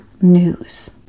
News